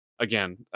Again